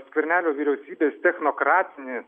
skvernelio vyriausybės technokratinį